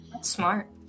Smart